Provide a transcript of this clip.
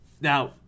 Now